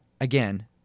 again